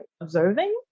observing